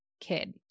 kid